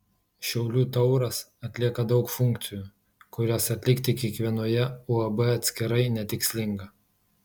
šiaulių tauras atlieka daug funkcijų kurias atlikti kiekvienoje uab atskirai netikslinga